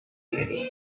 beauty